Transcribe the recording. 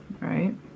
right